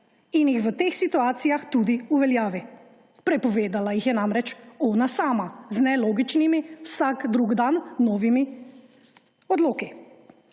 in jih v tej situacijah tudi uveljavi; prepovedala jih je namreč ona sama z nelogičnimi, vsak drug dan novimi odloki.